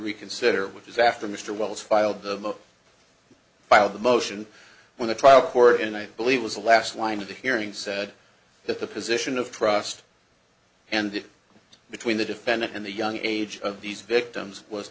reconsider which is after mr wells filed the filed the motion went to trial court and i believe was the last line of the hearing said that the position of trust and between the defendant and the young age of these victims was